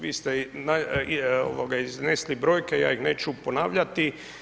Vi ste iznesli brojke, ja ih neću ponavljati.